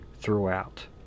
throughout